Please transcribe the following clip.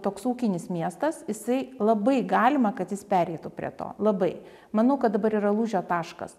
toks ūkinis miestas jisai labai galima kad jis pereitų prie to labai manau kad dabar yra lūžio taškas